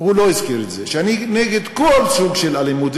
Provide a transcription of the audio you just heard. אז אני מבקש לתת עכשיו לחבר הכנסת